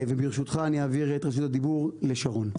וברשותך, אני אעביר את רשות הדיבור לשרון.